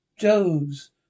Joe's